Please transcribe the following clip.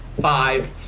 five